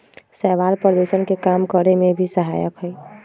शैवाल प्रदूषण के कम करे में भी सहायक हई